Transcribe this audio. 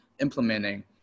implementing